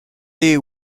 des